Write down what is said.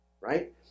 right